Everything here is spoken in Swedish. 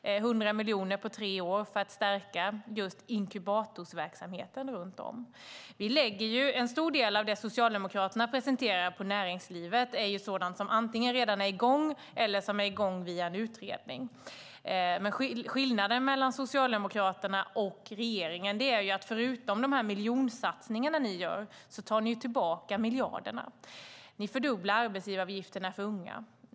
Det är 100 miljoner på tre år för att stärka inkubatorverksamheten runt om. En stor del av det Socialdemokraterna presenterar för näringslivet är sådant som antingen redan är i gång eller är i gång via en utredning. Skillnaden mellan Socialdemokraterna och regeringen är att ni förutom de miljonsatsningar ni gör tar tillbaka miljarderna. Ni fördubblar arbetsgivaravgifterna för unga.